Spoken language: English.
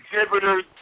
Exhibitors